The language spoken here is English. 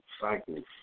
cycles